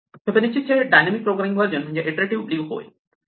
Fibonacci चे dynamic programming version म्हणजे iterative ब्ल्यू होय